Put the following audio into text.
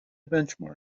benchmark